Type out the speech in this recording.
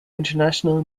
international